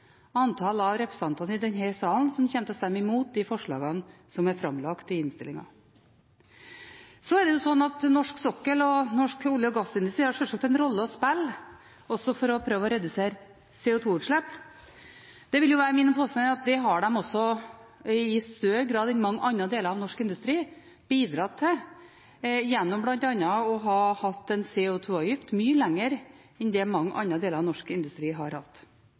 antall av representantene her i salen som kommer til å stemme imot disse forslagene som er framlagt i innstillingen. Det er slik at norsk sokkel og norsk olje- og gassindustri har sjølsagt en rolle å spille også for å prøve å redusere CO2-utslipp. Det vil være min påstand at det har den i større grad enn mange andre deler av norsk industri bidratt til gjennom bl.a. å ha hatt en CO2-avgift mye lenger enn det mange andre deler av norsk industri har hatt.